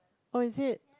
oh is it